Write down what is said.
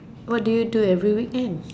what do you do every weekends